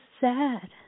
sad